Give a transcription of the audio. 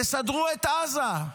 תסדרו את עזה.